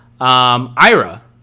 Ira